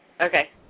Okay